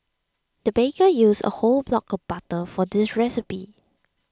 the baker used a whole block of butter for this recipe